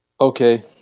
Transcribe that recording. Okay